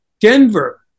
Denver